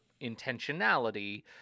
intentionality